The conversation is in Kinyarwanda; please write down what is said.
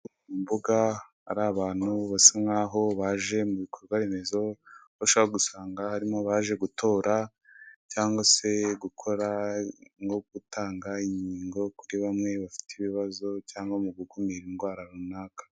Imbuga hari abantu basa nkaho baje mu bikorwaremezo aho ushobora gusanga harimo abaje gutora cyangwa se gukora no gutanga inkingo kuri bamwe bafite ibibazo cyangwa mu gukumira indwara runaka.